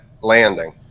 landing